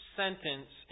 sentence